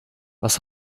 was